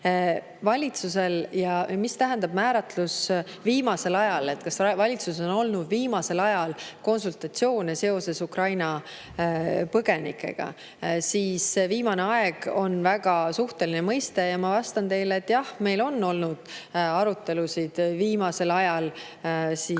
ma vastan. Mis tähendab määratlus "viimasel ajal"? "Kas valitsuses on olnud viimasel ajal konsultatsioone seoses Ukraina põgenikega?" "Viimane aeg" on väga suhteline mõiste. Ma vastan teile, et jah, meil on olnud arutelusid viimasel ajal seoses